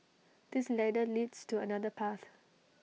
this ladder leads to another path